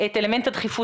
את אלמנט הדחיפות.